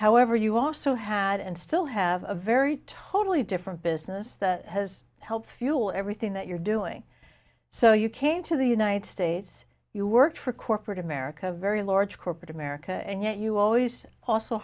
however you also had and still have a very totally different business that has helped fuel everything that you're doing so you came to the united states you worked for corporate america very large corporate america and yet you always also